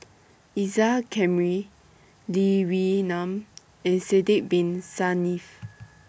Isa Kamari Lee Wee Nam and Sidek Bin Saniff